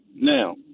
now